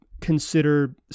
consider